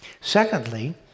Secondly